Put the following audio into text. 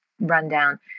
rundown